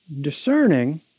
discerning